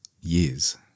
years